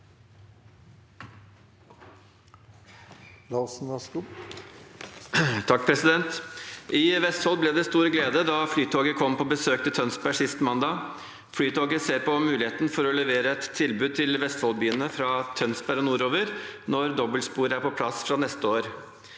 I Vestfold ble det stor glede da Flytoget kom på besøk til Tønsberg sist mandag. Flytoget ser på muligheten for å levere et tilbud til vestfoldbyene fra Tønsberg og nordover når dobbeltsporet er på plass fra neste år.